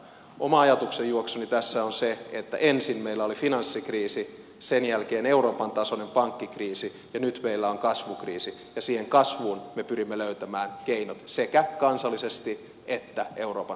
oma ajatuksenjuoksuni tässä on se että ensin meillä oli finanssikriisi sen jälkeen euroopan tasoinen pankkikriisi ja nyt meillä on kasvukriisi ja siihen kasvuun me pyrimme löytämään keinot sekä kansallisesti että euroopan tasolla